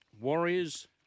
Warriors